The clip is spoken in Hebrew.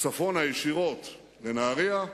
צפונה ישירות לנהרייה,